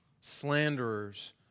slanderers